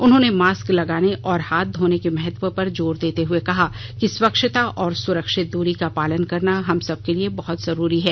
उन्होंने मास्क लगाने और हाथ धोने के महत्व पर जोर देते हुए कहा कि स्वच्छता और सुरक्षित दूरी का पालन करना बहुत जरूरी है